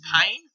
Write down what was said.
pain